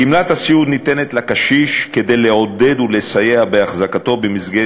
גמלת הסיעוד ניתנת לקשיש כדי לעודד ולסייע בהחזקתו במסגרת